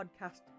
podcast